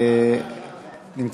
כאן, כאן, כאן.